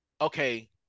okay